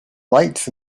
lights